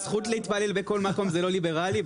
הזכות להתפלל בכל מקום זה לא ליברלי?